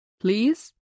Please